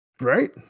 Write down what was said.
Right